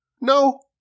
No